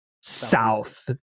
south